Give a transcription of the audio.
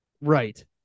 Right